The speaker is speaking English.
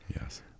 Yes